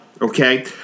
okay